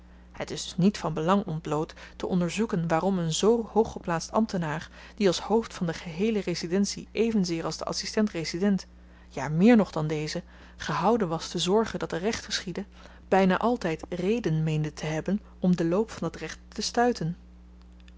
het is dus niet van belang ontbloot te onderzoeken waarom een zoo hooggeplaatst ambtenaar die als hoofd van de geheele residentie evenzeer als de adsistent resident ja meer nog dan deze gehouden was te zorgen dat er recht geschiedde byna altyd reden meende te hebben om den loop van dat recht te stuiten